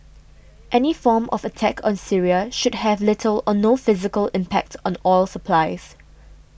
any form of attack on Syria should have little or no physical impact on oil supplies